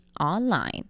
online